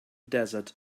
desert